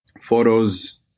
photos